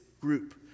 group